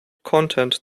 content